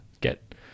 get